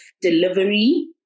delivery